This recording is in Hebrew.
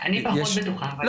אני פחות בטוחה.